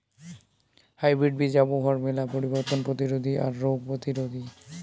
hybrid বীজ আবহাওয়ার মেলা পরিবর্তন প্রতিরোধী আর রোগ প্রতিরোধী